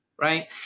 right